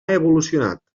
evolucionat